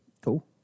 Cool